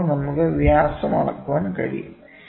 അപ്പോൾ നമുക്ക് വ്യാസം അളക്കാൻ കഴിയും